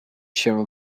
się